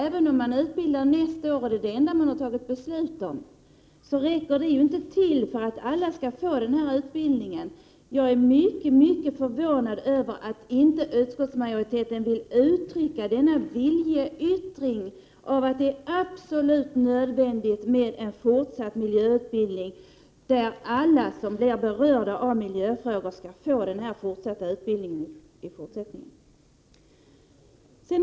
Även om man fortsätter med utbildningen — det är det enda som är beslutat — räcker det inte; alla skall få miljöutbildning. Jag är mycket förvånad över att utskottsmajoriteten inte framfört den viljeyttringen att det är absolut nödvändigt att alla som är berörda av miljöfrågor skall få miljöutbildning i fortsättningen.